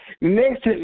next